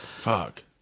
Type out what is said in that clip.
Fuck